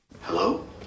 Hello